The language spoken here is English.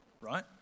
right